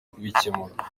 kubikemura